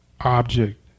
object